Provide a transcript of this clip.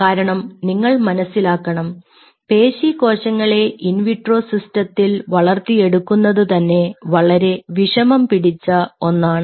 കാരണം നിങ്ങൾ മനസ്സിലാക്കണം പേശി കോശങ്ങളെ ഇൻവിട്രോ സിസ്റ്റത്തിൽ വളർത്തിയെടുക്കുന്നത് തന്നെ വളരെ വിഷമം പിടിച്ച ഒന്നാണ്